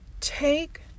Take